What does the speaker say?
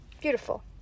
Beautiful